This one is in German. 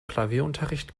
klavierunterricht